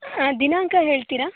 ದಿನಾಂಕ ಹೇಳ್ತೀರಾ